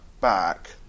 back